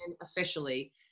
officially